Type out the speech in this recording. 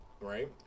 right